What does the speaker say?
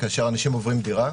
שכאשר אנשים עוברים דירה,